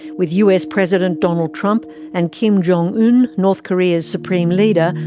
with us president donald trump and kim jong-un, north korea's supreme leader,